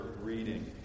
reading